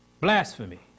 blasphemy